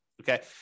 okay